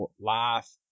life